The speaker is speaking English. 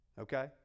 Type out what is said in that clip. okay